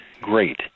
great